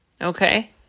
okay